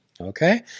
okay